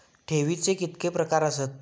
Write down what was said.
ठेवीचे कितके प्रकार आसत?